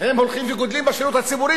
הולכים ומתרבים בשירות הציבורי,